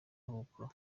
ahubwo